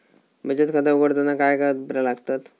बचत खाता उघडताना काय कागदपत्रा लागतत?